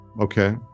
okay